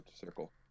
circle